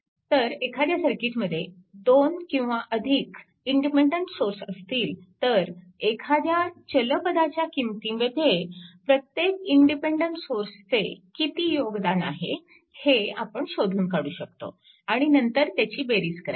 तर एखाद्या सर्किटमध्ये 2 किंवा अधिक इंडिपेन्डन्ट सोर्स असतील तर एखाद्या चल पदाच्या किंमतीमध्ये प्रत्येक इंडिपेन्डन्ट सोर्सचे किती योगदान आहे हे आपण शोधून काढू शकतो आणि नंतर त्याची बेरीज करायची